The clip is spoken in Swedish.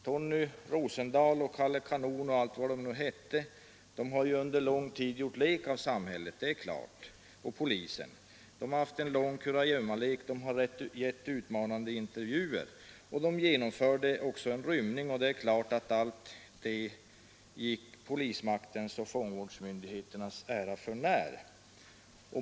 Tony Rosendahl, ”Kalle Kanon” och allt vad de nu heter har under lång tid lekt med samhället och polisen. Rosendahl har haft en lång kurragömmalek och givit utmanande intervjuer. De genomförde också en rymning, och det är klart att allt detta gick polismaktens och fångvårdsmyndigheternas ära för när.